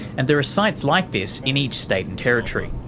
and there are sites like this in each state and territory.